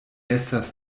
estas